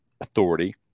authority